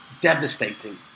devastating